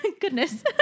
Goodness